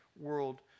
world